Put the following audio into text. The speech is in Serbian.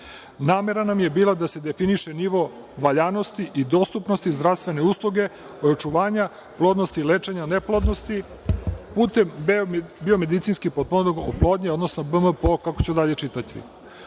zemlje. Namera nam je bila da se definiše nivo valjanosti i dostupnosti zdravstvene usluge, očuvanja plodnosti i lečenja neplodnosti, putem biomedicinski potpomognute oplodnje, odnosno BMPO kako ću dalje čitati. Takođe,